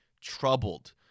troubled